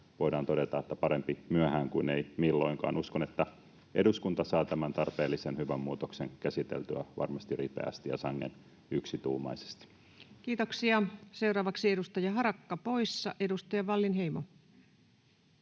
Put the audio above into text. voidaan todeta, että parempi myöhään kuin ei milloinkaan. Uskon, että eduskunta saa tämän tarpeellisen, hyvän muutoksen käsiteltyä varmasti ripeästi ja sangen yksituumaisesti. [Speech 138] Speaker: Ensimmäinen varapuhemies Paula Risikko